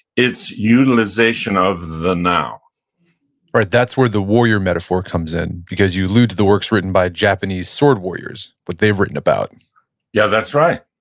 it's utilization of the now right. that's where the warrior metaphor comes in because you allude to the works written by japanese sword warriors, what they've written about yeah. that's right.